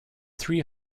three